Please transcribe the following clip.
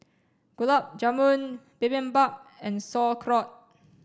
Gulab Jamun Bibimbap and Sauerkraut